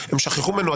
הם שכחו ממנו.